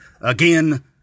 again